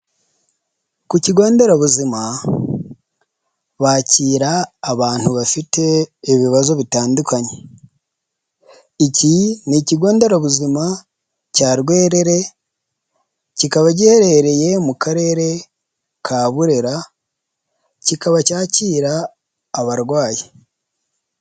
Ku kigo nderabuzima bakira abantu bafite ibibazo bitandukanye. Iki ni ikigo nderabuzima cya Rwerere kikaba giherereye mu karere ka Burera kikaba cyakira abarwayi.